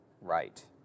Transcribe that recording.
Right